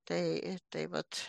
tai tai vat